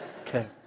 Okay